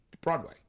Broadway